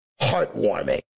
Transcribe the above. heartwarming